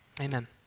Amen